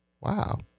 wow